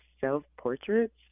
self-portraits